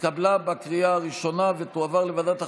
הקבלה בקריאה הראשונה ותועבר לוועדת החוקה,